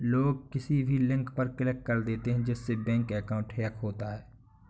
लोग किसी भी लिंक पर क्लिक कर देते है जिससे बैंक अकाउंट हैक होता है